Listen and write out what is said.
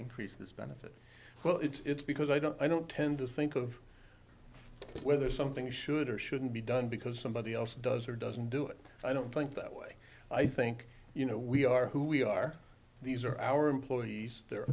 increase this benefit well it's because i don't i don't tend to think of whether something should or shouldn't be done because somebody else does or doesn't do it i don't think that way i think you know we are who we are these are our employees they're